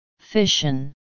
fission